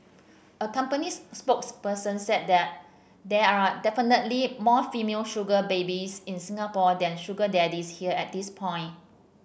a company's spokesperson said there are definitely more female sugar babies in Singapore than sugar daddies here at this point